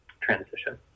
transition